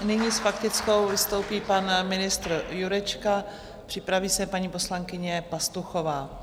Nyní s faktickou vystoupí pan ministr Jurečka, připraví se paní poslankyně Pastuchová.